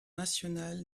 national